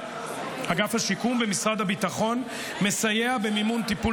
אגף השיקום במשרד הביטחון מסייע במימון טיפול